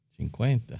Cinquenta